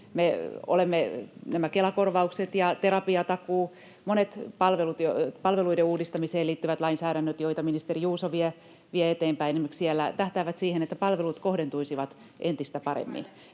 Nämä Kela-korvaukset ja terapiatakuu, monet palveluiden uudistamiseen liittyvät lainsäädännöt, joita ministeri Juuso vie eteenpäin, tähtäävät siihen, että palvelut kohdentuisivat entistä paremmin.